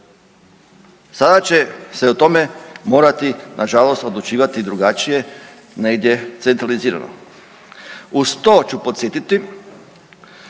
Sada će se o tome morati nažalost odlučivati drugačije centralizirano. Uz to ću podsjetiti